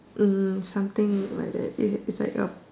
hmm something like that is is like a